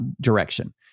direction